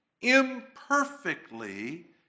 imperfectly